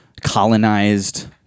colonized